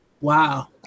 Wow